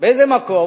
באיזה מקום